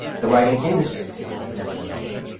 the writing industry, too, has never been open.